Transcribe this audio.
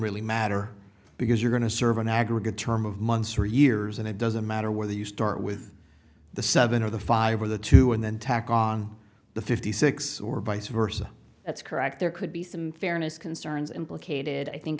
really matter because you're going to serve an aggregate term of months or years and it doesn't matter whether you start with the seven or the five or the two and then tack on the fifty six or vice versa that's correct there could be some fairness concerns implicated i think